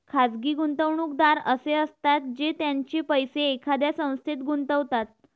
खाजगी गुंतवणूकदार असे असतात जे त्यांचे पैसे एखाद्या संस्थेत गुंतवतात